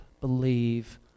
believe